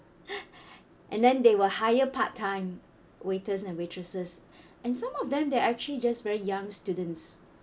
and then they will hire part time waiters and waitresses and some of them they're actually just very young students